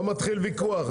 לא מתחיל ויכוח.